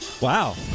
Wow